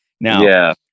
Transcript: Now